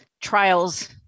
trials